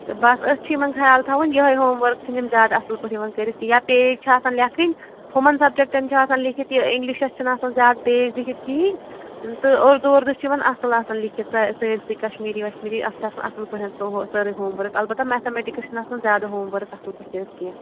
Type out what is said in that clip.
تہٕ بَس أتھۍ چھُ یِمن خیال تھاوُن یِہےَ ہوٗم ؤرٕک چھِنہٕ یِم زیادٕ اَصٕل پٲٹھۍ یِوان کٔرِتھ کِہیٖنٛۍ یا پیج چھِ آسان لیٚکھٕنۍ یِمَن سَبجیکٹن چھُ آسان لیٖکھِتھ یہِ اِنگلِشَس چھُنہٕ آسان زیادٕ پیج لیٖکھِتھ کِہیٖنٛۍ تہٕ اُردو اُردو چھُ یِوان اَصٕل اَصٕل لیٖکھِتھ تہٕ سٲرسٕے کَشمیٖری وَشمیٖری اَتھ چھُ آسان اَصٕل پٲٹھۍ سُہ ہُہ سٲرسٕے ہوٗم ؤرٕک اَلبتہٕ میتھامیٹِکٔس چھُنہٕ آسان زیادٕ ہوٗم ؤرٕک اَصٕل پٲٹھۍ کٔرِتھ کیٚنٛہہ